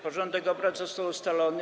Porządek obrad został ustalony.